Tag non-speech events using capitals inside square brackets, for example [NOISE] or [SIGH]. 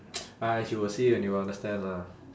[NOISE] !hais! you will see it and you will understand lah